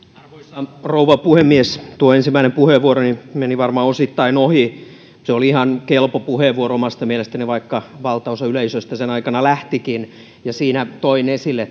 arvoisa rouva puhemies ensimmäinen puheenvuoroni meni varmaan osittain ohi se oli ihan kelpo puheenvuoro omasta mielestäni vaikka valtaosa yleisöstä sen aikana lähtikin ja siinä toin esille